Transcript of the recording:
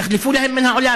יחלפו להם מן העולם.